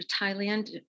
Thailand